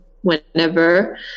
whenever